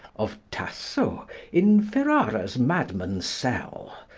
of tasso in ferrara's madman's cell.